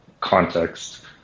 context